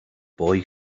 boy